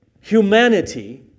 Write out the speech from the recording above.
humanity